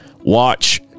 watch